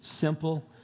simple